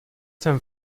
jsem